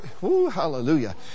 hallelujah